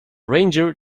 ranger